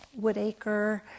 Woodacre